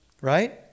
right